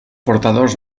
portadors